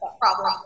problem